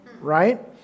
right